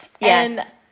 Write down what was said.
yes